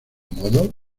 modo